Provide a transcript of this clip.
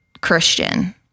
Christian